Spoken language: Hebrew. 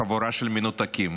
חבורה של מנותקים,